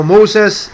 Moses